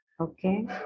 Okay